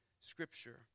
Scripture